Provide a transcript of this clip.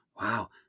Wow